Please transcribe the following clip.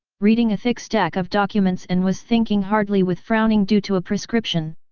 reading a thick stack of documents and was thinking hardly with frowning due to a prescription.